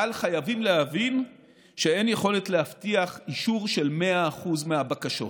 אבל חייבים להבין שאין יכולת להבטיח אישור של 100% מהבקשות.